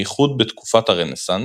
בייחוד בתקופת הרנסאנס,